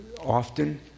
often